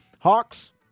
Hawks